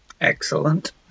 Excellent